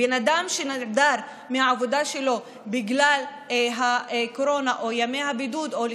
בן אדם שנעדר מהעבודה שלו בגלל הקורונה או ימי בידוד או כדי